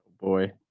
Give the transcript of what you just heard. Boy